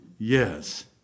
Yes